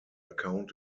account